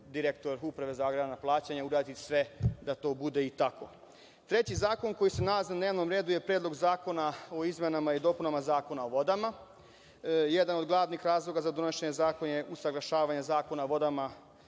direktor Uprave za agrarna plaćanja, uraditi sve da to bude i tako. Treći zakon koji se nalazi na dnevnom redu je Predlog zakona o izmenama i dopunama Zakona o vodama. Jedan od glavnih razloga za donošenje zakona je usaglašavanje Zakona o vodama